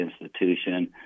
institution